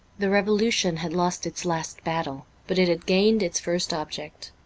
the revolu tion had lost its last battle, but it had gained its first object.